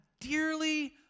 dearly